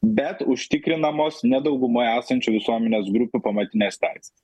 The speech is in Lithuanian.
bet užtikrinamos ne daugumoje esančių visuomenės grupių pamatinės teisės